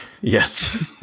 Yes